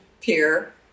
peer